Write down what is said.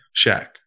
Shaq